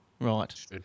Right